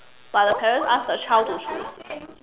but the parents ask the child to choose